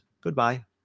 Goodbye